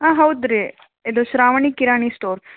ಹಾಂ ಹೌದು ರೀ ಇದು ಶ್ರಾವಣಿ ಕಿರಾಣಿ ಸ್ಟೋರ್ಸ್